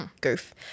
Goof